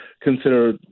consider